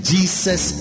Jesus